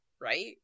Right